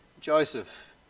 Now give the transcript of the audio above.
joseph